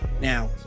Now